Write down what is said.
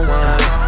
one